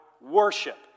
worship